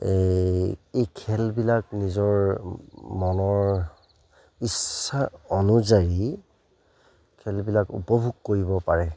এই এই খেলবিলাক নিজৰ মনৰ ইচ্ছা অনুযায়ী খেলবিলাক উপভোগ কৰিব পাৰে